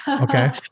okay